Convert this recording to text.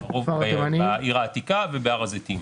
בעיר העתיקה ובהר הזיתים.